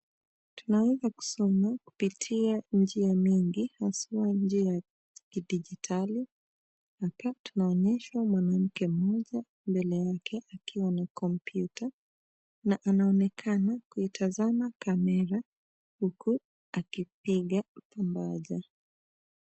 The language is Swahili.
Tunaweza kusoma kupitia njia mingi haswa njia ya kidijitali. Hapa tunaonyeshwa mwanamke mmoja mbele yake akiwa na kompyuta na anaonekana kuitazama kamera huku akipiga pambaja.